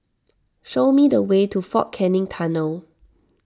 show me the way to fort Canning Tunnel